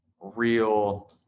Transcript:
real